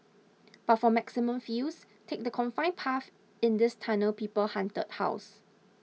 but for maximum feels take the confined path in this Tunnel People Haunted House